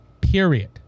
period